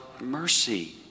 mercy